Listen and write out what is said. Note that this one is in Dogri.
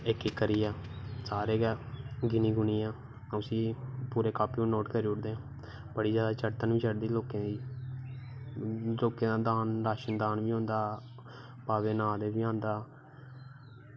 इक इक करियै काउंट करियै उसी पूरा कापी पर नोट करी ओड़दे बड़ी जादा चड़तर चड़दी लोकें गी लोकें दी राशन दान बी होंदा बाबे दे नां दा बी होंदा